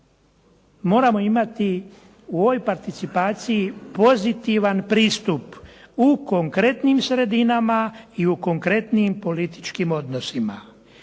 moramo imati u ovoj participaciji pozitivan pristup u konkretnim sredinama i u konkretnim političkim odnosima.